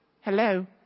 Hello